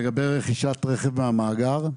לגבי רכישת רכב מהמאגר.